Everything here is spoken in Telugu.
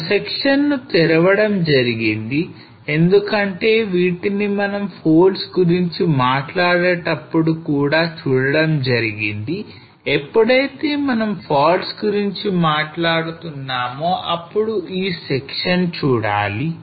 ఒక సెక్షన్ ను తెరవడం జరిగింది ఎందుకంటే వీటిని మనం folds గురించి మాట్లాడేటప్పుడు కూడా చూడడం జరిగింది ఎప్పుడైతే మనం faults గురించి మాట్లాడుతున్నామొ అప్పుడు ఈ సెక్షన్ చూడాలి